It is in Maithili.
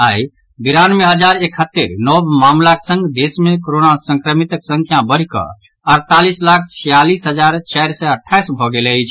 आई बिरानवे हजार एकहत्तरि नव मामिलाक संग देश मे कोरोना संक्रमितक संख्या बढ़ि कऽ अड़तालीस लाख छियालीस हजार चारि सँ अट्ठाईस भऽ गेल अछि